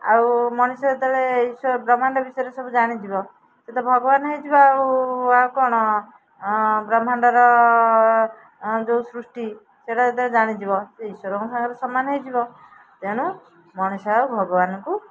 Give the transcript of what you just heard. ଆଉ ମଣିଷ ଯେତେବେଳେ ଈଶ୍ୱର ବ୍ରହ୍ମାଣ୍ଡ ବିଷୟରେ ସବୁ ଜାଣିଯିବ ସେ ତ ଭଗବାନ ହେଇଯିବ ଆଉ ଆଉ କ'ଣ ବ୍ରହ୍ମାଣ୍ଡର ଯେଉଁ ସୃଷ୍ଟି ସେଟା ଯେତେବେଳେ ଜାଣିଯିବ ସେ ଈଶ୍ୱରଙ୍କ ସାଙ୍ଗରେ ସମାନ ହେଇଯିବ ତେଣୁ ମଣିଷ ଆଉ ଭଗବାନଙ୍କୁ